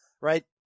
right